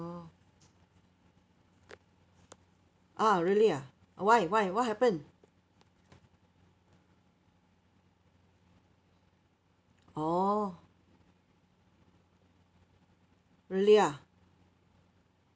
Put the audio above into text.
ah really ah why why what happened oh really ah